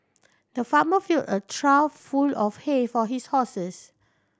the farmer filled a trough full of hay for his horses